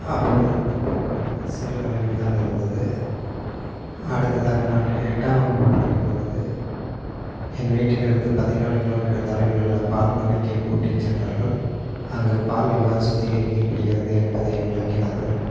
அப்போது அந்த பூங்காவானது சிறு அளவில் தான் இருந்தது அடுத்ததாக நான் எட்டாம் வகுப்பு படிக்கும் பொழுது என் வீட்டிலிருந்து பதினாலு கிலோமீட்டர் தொலைவில் உள்ள பால் பண்ணைக்கு கூட்டி சென்றார்கள் அங்கு பால் எவ்வாறு சுத்திகரிக்கப்படுகிறது என்பதை விளக்கினார்கள்